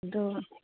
ꯑꯗꯨ